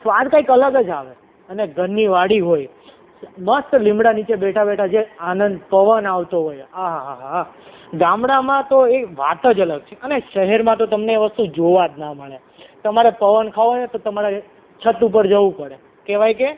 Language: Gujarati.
સ્વાદ કંઈક અલગ જ આવે અને ઘરની વાડી હોય મસ્ત લીમડા નીચે બેઠાં બેઠાં જે આનંદ પવન આવતો હોય આ હાહાહા હા ગામડામાં તો એ વાત જ અલગ છે અને શહેરમાં તો તમને એ વસ્તુ જોવા જ ન મળે તમારે પવન ખાવો હોય ને તો તમારે છત ઉપર જવું પડે કહેવાય કે